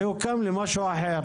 זה הוקם למשהו אחר.